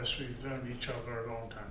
we've known each other a long time.